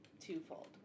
twofold